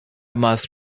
must